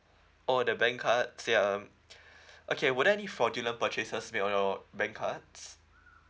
oh the bank cards ya um okay were there any fraudulent purchases made on your bank cards